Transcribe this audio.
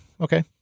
Okay